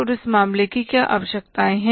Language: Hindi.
और इस मामले की क्या आवश्यकताएं हैं